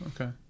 okay